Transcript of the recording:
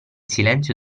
silenzio